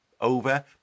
over